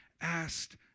asked